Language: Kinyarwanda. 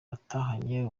batahanye